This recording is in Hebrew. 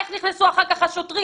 איך נכנסו אחר כך השוטרים?